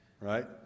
right